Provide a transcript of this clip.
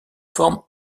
forme